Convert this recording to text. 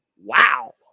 Wow